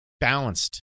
Balanced